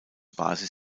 basis